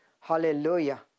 Hallelujah